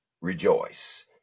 rejoice